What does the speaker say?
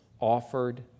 offered